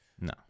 No